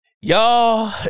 Y'all